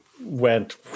went